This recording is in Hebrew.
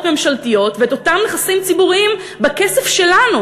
ממשלתיות ואת אותם נכסים ציבוריים בכסף שלנו,